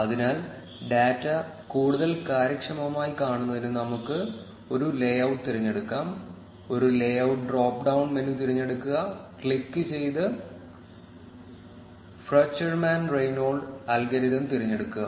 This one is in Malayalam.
അതിനാൽ ഡാറ്റ കൂടുതൽ കാര്യക്ഷമമായി കാണുന്നതിന് നമുക്ക് ഒരു ലേഔട്ട് തിരഞ്ഞെടുക്കാം ഒരു ലേഔട്ട് ഡ്രോപ്പ് ഡൌൺ മെനു തിരഞ്ഞെടുക്കുക ക്ലിക്ക് ചെയ്ത് Fruchterman Reingold അൽഗോരിതം തിരഞ്ഞെടുക്കുക